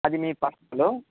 అది మీ పర్సనలు